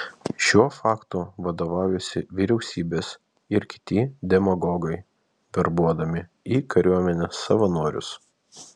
šiuo faktu vadovaujasi vyriausybės ir kiti demagogai verbuodami į kariuomenę savanorius